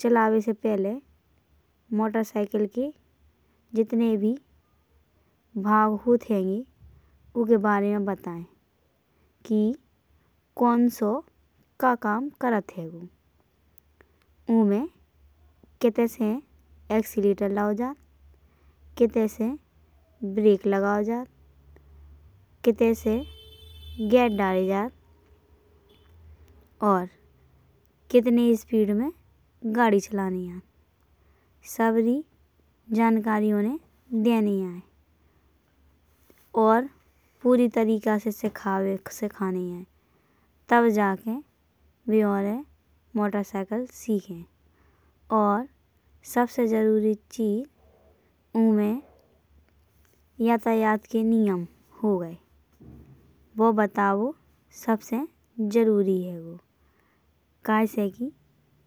चलाबे से पहिले मोटरसाइकिल के जितने भी भाग होत हेंगें ऊके बारे में बताये। कि कौन सो का काम करात हेंगो। ओमे किते से एक्सेलरेटर लाओ जात, कित्ते से ब्रेक लगाओ जात, कित्ते से गियर डारे जात और कितनी स्पीड में गाड़ी चलाने आत। साबरी जानकारी उने देने आये और पूरी तरीक़ा से सिखाबे सिखाने आये। तब जाके बे आउरें मोटरसाइकिल सीखे और सबसे ज़रूरी चीज़ ओमे यातायात के नियम हो गये वो बताबो सबसे ज़रूरी हेंगो क्यासे कि।